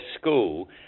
school